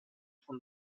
von